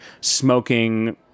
smoking